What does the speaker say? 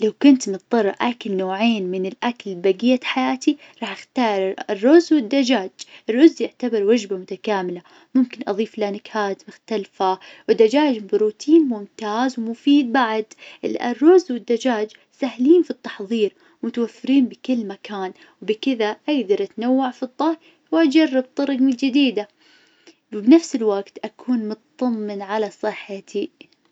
لو كنت مضطرة آكل نوعين من الأكل بقية حياتي راح أختار الرز والدجاج، الرز يعتبر وجبة متكاملة ممكن أظيف له نكهات مختلفة. والدجاج بروتين ممتاز ومفيد بعد. الأرز والدجاج سهلين في التحظير ومتوفرين بكل مكان بكذا أقدر أتنوع في الطهي وأجرب طرق من الجديدة، وبنفس الوقت أكون مطمن على صحتي.